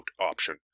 option